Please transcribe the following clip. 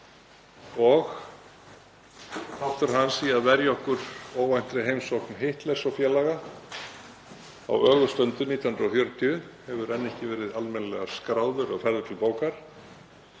Þáttur hans í að verja okkur fyrir óvæntri heimsókn Hitlers og félaga á ögurstundu árið 1940 hefur enn ekki verið almennilega skráður og færður til bókar.